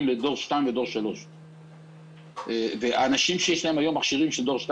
לדור 2 ודור 3. אנשים שיש להם היום מכשירים של דור 2